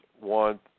want